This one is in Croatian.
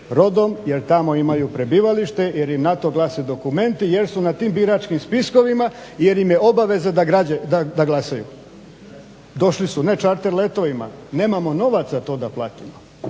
rodom, jer tamo imaju prebivalište, jer im na to glase dokumenti i jer su na tim biračkim spiskovima i jer im je obaveza da glasaju. Došli su ne čarter letovima, nemamo novaca to da platimo.